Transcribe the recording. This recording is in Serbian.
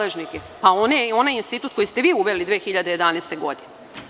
Onaj institut koji ste vi uveli 2011. godine.